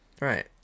Right